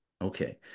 Okay